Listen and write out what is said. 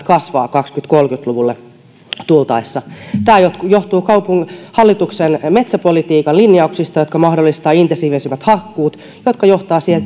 kasvavat kaksituhattakolmekymmentä luvulle tultaessa tämä johtuu hallituksen metsäpolitiikan linjauksista jotka mahdollistavat intensiivisemmät hakkuut jotka johtavat siihen